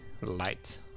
light